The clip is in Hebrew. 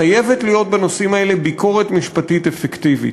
חייבת להיות בנושאים האלה ביקורת משפטית אפקטיבית.